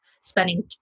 spending